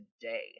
today